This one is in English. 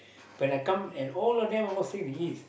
when I come and of them stay in the East